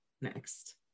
next